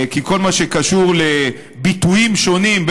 כי בכל מה שקשור לביטויים שונים,